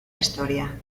historia